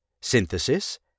Synthesis –